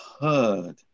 heard